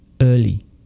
early